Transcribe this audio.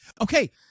Okay